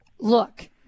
look